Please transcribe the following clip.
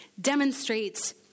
demonstrates